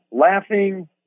laughing